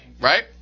right